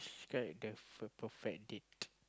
describe a perfect date